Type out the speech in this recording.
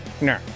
no